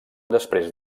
després